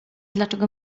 dlaczego